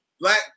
Black